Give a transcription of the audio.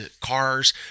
cars